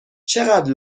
چقدر